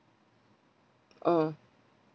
oh